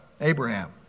Abraham